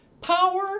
power